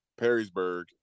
Perrysburg